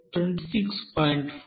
4